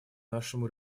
нашему